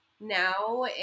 now